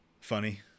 funny